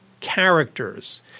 characters